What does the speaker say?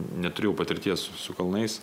neturėjau patirties su su kalnais